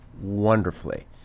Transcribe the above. wonderfully